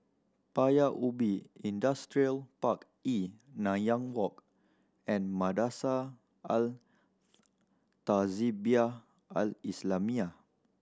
Paya Ubi Industrial Park E Nanyang Walk and Madrasah Al Tahzibiah Al Islamiah